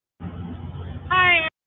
Hi